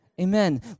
Amen